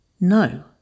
No